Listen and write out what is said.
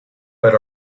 but